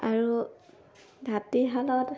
আৰু তাঁতীশালত